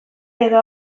edo